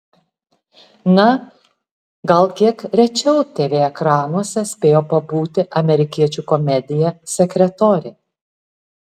na gal kiek rečiau tv ekranuose spėjo pabūti amerikiečių komedija sekretorė